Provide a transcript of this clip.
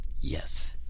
Yes